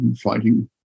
fighting